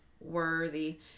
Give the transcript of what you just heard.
worthy